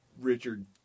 Richard